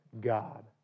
God